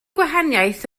gwahaniaeth